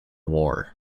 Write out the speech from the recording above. war